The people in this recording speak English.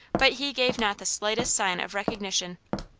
but he gave not the slightest sign of recognition.